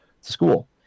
school